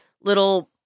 little